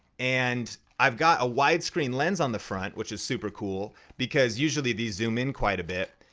and i've got a widescreen lens on the front which is super cool because usually these zoom in quite a bit.